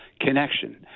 connection